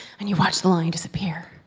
and you watch the lion disappear.